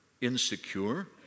insecure